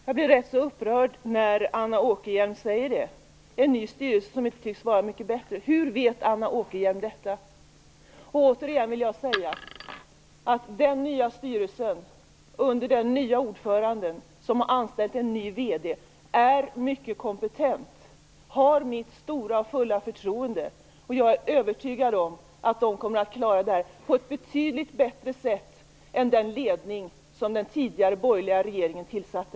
Fru talman! Jag blir rätt så upprörd när Anna Åkerhielm talar om en ny styrelse som inte tycks vara mycket bättre. Hur vet Anna Åkerhielm detta? Återigen vill jag säga att den nya styrelsen under den nya ordföranden, som har anställt en ny VD, är mycket kompetent och har mitt stora och fulla förtroende. Jag är övertygad om att den kommer att klara detta på ett betydligt bättre sätt än den ledning som den tidigare, borgerliga, regeringen tillsatte.